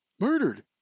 murdered